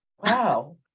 wow